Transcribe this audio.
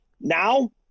Now